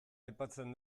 aipatzen